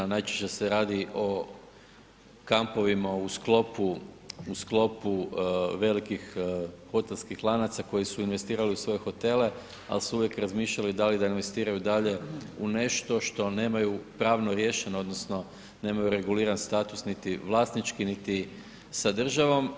Najčešće se radi o kampovima u sklopu velikih hotelskih lanaca koji su investirali u svoje hotele, ali su uvijek razmišljali da li da investiraju dalje u nešto što nemaju pravno riješeno odnosno nemaju reguliran status niti vlasnički niti sa državom.